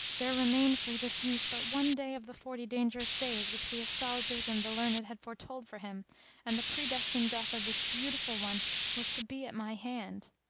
there remained for this youth but one day of the forty dangerous days which the astrologers and the learned had foretold for him and the predestined death of this beautiful one was to be at my hand.